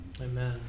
Amen